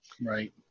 Right